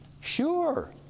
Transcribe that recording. Sure